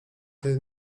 tej